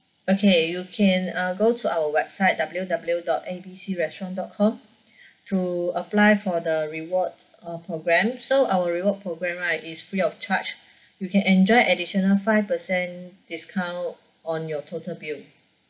okay you can uh go to our website W W dot A B C restaurant dot com to apply for the rewards uh program so our reward program right is free of charge you can enjoy additional five percent discount on your total bill